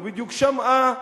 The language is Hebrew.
היא לא בדיוק שמעה.